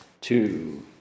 two